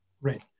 Right